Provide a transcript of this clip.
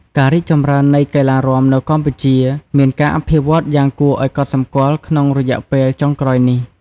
ការរីកចម្រើននៃកីឡារាំនៅកម្ពុជា មានការអភិវឌ្ឍន៍យ៉ាងគួរឱ្យកត់សម្គាល់ក្នុងរយៈពេលចុងក្រោយនេះ។